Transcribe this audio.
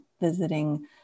visiting